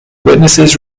witnesses